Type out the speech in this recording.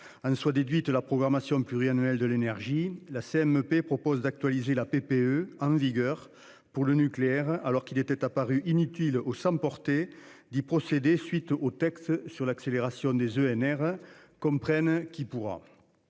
En soit déduite la programmation pluriannuelle de l'énergie, la CMP propose d'actualiser la PPE en vigueur pour le nucléaire alors qu'il était apparu inutile oh emporter dit procéder suite au texte sur l'accélération des ENR comme prenne qui pourra.